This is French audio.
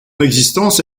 existence